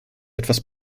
etwas